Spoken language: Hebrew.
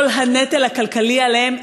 כל הנטל הכלכלי עליהם,